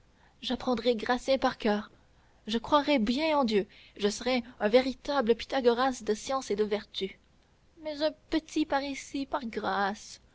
j'apprendrai gratien par coeur je croirai bien en dieu je serai un véritable pythagoras de science et de vertu mais un petit parisis par grâce